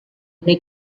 non